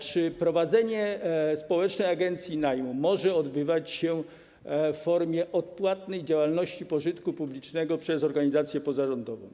Czy prowadzenie społecznej agencji najmu może odbywać się w formie odpłatnej działalności pożytku publicznego prowadzonej przez organizację pozarządową?